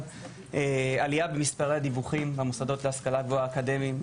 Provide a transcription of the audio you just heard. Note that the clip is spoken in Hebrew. עלייה במספר הדיווחים במוסדות האקדמיים להשכלה גבוהה.